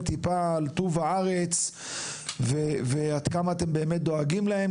טיפה על טוב הארץ ועד כמה אתם באמת דואגים להם,